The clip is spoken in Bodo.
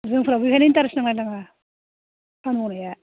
जोंफाराबो बेखायनो इन्टारेस्त नाङा नाङा खामानि मावनाया